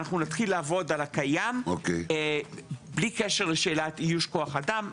אנחנו נתחיל לעבוד על הקיים בלי קשר לשאלת איוש כוח-אדם.